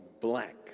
black